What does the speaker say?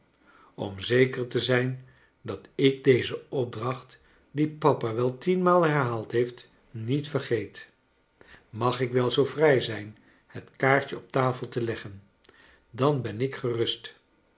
om zeker te zijn dat ik deze opdracht die papa wel tienmaal herhaald heeft niet vergeet mag ik wel zoo vrij zijn het kaartje op tafel te leggen dan ben ik gerust